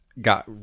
got